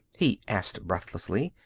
he asked breathlessly,